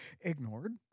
ignored